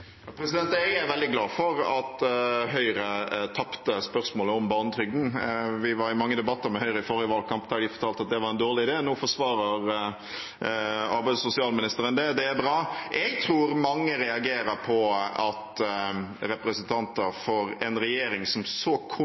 Jeg er veldig glad for at Høyre tapte spørsmålet om barnetrygden. Vi var i mange debatter med Høyre i forrige valgkamp der de fortalte at det var en dårlig idé. Nå forsvarer arbeids- og sosialministeren det. Det er bra. Jeg tror mange reagerer på at representanter for en regjering som gjennom denne krisen så